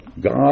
God